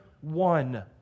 one